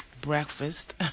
breakfast